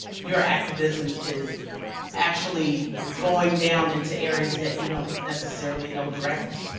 your activism is actually going down into areas that you don't necessarily know directly.